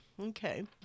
Okay